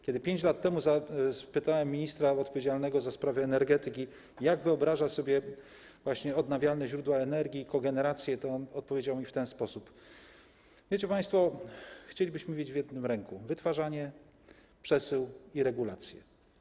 Kiedy 5 lat temu spytałem ministra odpowiedzialnego za sprawy energetyki, jak wyobraża sobie odnawialne źródła energii, kogenerację, to on odpowiedział mi w ten sposób: wiecie państwo, chcielibyśmy mieć w jednym ręku wytwarzanie, przesył i regulację.